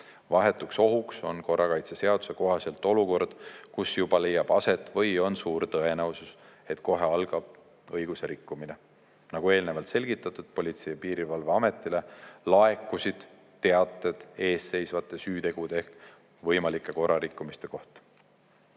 Vahetuks ohuks on korrakaitseseaduse kohaselt olukord, kus juba leiab aset või on suur tõenäosus, et kohe algab õiguse rikkumine. Nagu eelnevalt selgitatud, Politsei- ja Piirivalveametile laekusid teated eesseisvate süütegude ehk võimalike korrarikkumiste kohta.